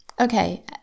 okay